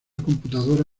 computadora